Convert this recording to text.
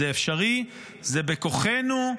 זה אפשרי, זה בכוחנו.